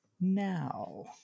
now